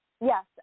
Yes